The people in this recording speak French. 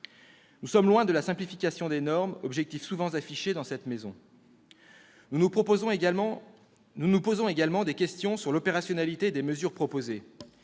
Nous sommes loin de la simplification des normes, objectif souvent affiché dans cette maison. Nous nous posons également des questions sur l'opérationnalité des mesures proposées.